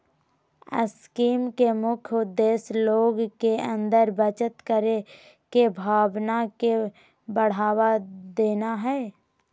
scheme के मुख्य उद्देश्य लोग के अंदर बचत करे के भावना के बढ़ावा देना हइ